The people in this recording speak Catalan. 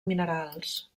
minerals